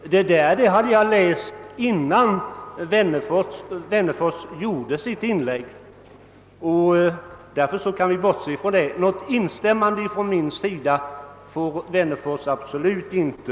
Det hade jag läst innan herr Wennerfors gjorde sitt inlägg, och jag ställde frågan om herr Wennerfors kunde ge något exempel på det som skall utredas. Vi kan alltså bortse från det. Något instämmande från min sida får herr Wennerfors absolut inte.